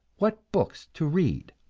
what books to read.